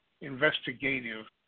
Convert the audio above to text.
Investigative